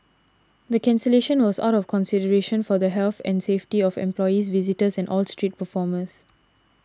the cancellation was out of consideration for the health and safety of employees visitors and all street performers